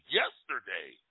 yesterday